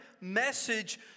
message